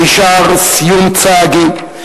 מישר סיום צגאי,